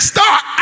Start